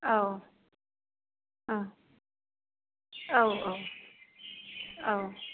औ औ औ औ